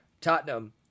Tottenham